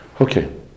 Okay